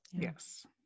Yes